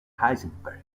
heisenberg